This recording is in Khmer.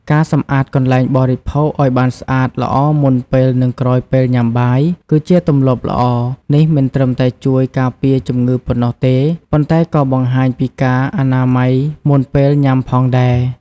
ការសម្អាតកន្លែងបរិភោគឲ្យបានស្អាតល្អមុនពេល និងក្រោយពេលញ៉ាំ គឺជាទម្លាប់ល្អ នេះមិនត្រឹមតែជួយការពារជំងឺប៉ុណ្ណោះទេ ប៉ុន្តែក៏បង្ហាញពីការអនាម័យមុនពេលញាំផងដែរ។